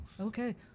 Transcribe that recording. Okay